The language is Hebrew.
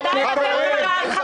בינתיים אתם קרסתם.